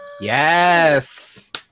Yes